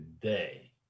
today